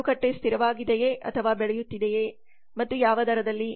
ಮಾರುಕಟ್ಟೆ ಸ್ಥಿರವಾಗಿದೆಯೇ ಅಥವಾ ಬೆಳೆಯುತ್ತಿದೆಯೇ ಮತ್ತು ಯಾವ ದರದಲ್ಲಿ